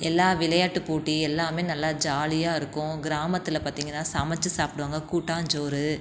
எல்லா விளையாட்டு போட்டி எல்லாம் நல்லா ஜாலியாக இருக்கும் கிராமத்தில் பார்த்திங்கன்னா சமைத்து சாப்பிடுவாங்க கூட்டாஞ்சோறு